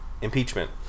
Impeachment